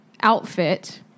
outfit